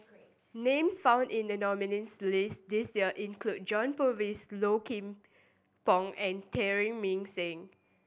names found in the nominees' list this year include John Purvis Low Kim Pong and Mah Seng